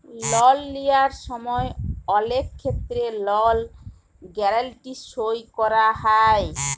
লল লিয়ার সময় অলেক ক্ষেত্রে লল গ্যারাল্টি সই ক্যরা হ্যয়